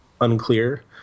unclear